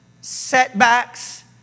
setbacks